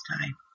time